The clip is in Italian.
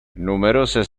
numerose